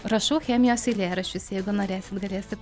rašau chemijos eilėraščius jeigu norėsit galėsiu